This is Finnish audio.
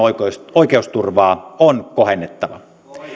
oikeusturvaa on kohennettava